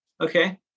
okay